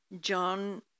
John